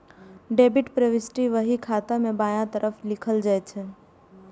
debit प्रवृष्टि बही खाता मे बायां तरफ लिखल जाइ छै